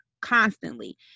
constantly